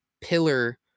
pillar